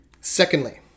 Secondly